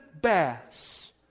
bass